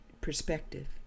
perspective